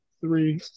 three